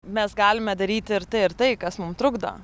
mes galime daryti ir tai ir tai kas mum trukdo